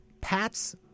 Pats